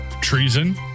Treason